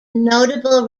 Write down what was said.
notable